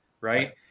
Right